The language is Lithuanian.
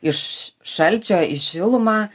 iš šalčio į šilumą